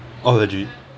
orh legit